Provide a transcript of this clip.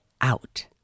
out